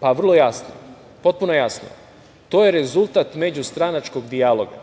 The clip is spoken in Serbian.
Vrlo jasno, potpuno jasno. To je rezultat međustranačkog dijaloga